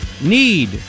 need